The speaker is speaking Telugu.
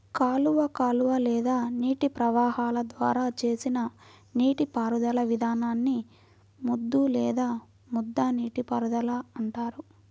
కాలువ కాలువ లేదా నీటి ప్రవాహాల ద్వారా చేసిన నీటిపారుదల విధానాన్ని ముద్దు లేదా ముద్ద నీటిపారుదల అంటారు